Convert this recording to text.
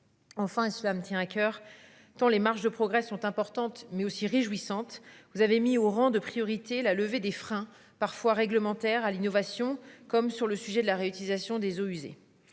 Enfin, et cela me tient à coeur tant les marges de progrès sont importantes, mais aussi réjouissante. Vous avez mis au rang de priorité la levée des freins parfois réglementaires à l'innovation, comme sur le sujet de la réutilisation des eaux usées.